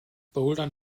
bouldern